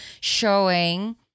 showing